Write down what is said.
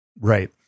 Right